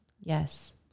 Yes